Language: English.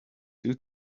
two